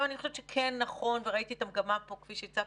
אני חושבת שנכון ראיתי את המגמה פה כי שהצגתם